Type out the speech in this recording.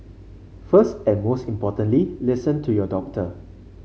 first and most importantly listen to your doctor